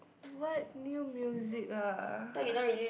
what new music ah